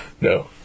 No